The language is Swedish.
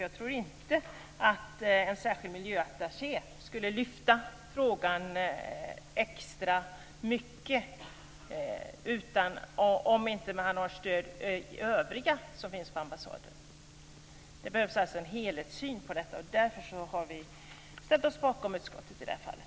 Jag tror inte att en särskild miljöattaché skulle lyfta frågan extra mycket om inte vederbörande har stöd hos de övriga som finns på ambassaden. Det behövs alltså en helhetssyn på detta. Därför har vi ställt oss bakom utskottet i det här fallet.